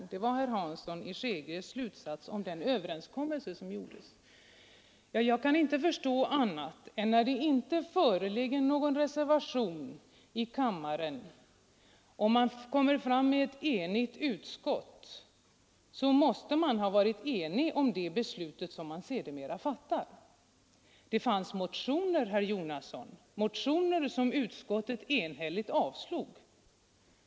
Det var herr Hanssons i Skegrie slutsats om den överenskommelse som träffades. Jag kan inte förstå annat än att när det inte förelåg någon reservation utan bara ett enigt utskottsbetänkande måste kammaren ha varit enig om det beslut man sedermera fattade. Det fanns motioner som utskottet enhälligt avstyrkte, herr Jonasson.